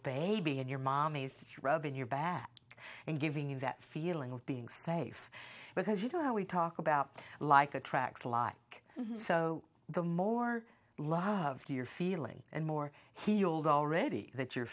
baby in your mommy's rubbing your bath and giving you that feeling of being safe because you know we talk about like attracts like so the more law you're feeling and more healed already that you're